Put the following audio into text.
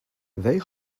they